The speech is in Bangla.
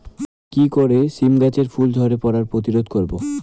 কি করে সীম গাছের ফুল ঝরে পড়া প্রতিরোধ করব?